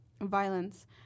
violence